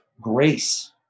grace